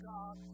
God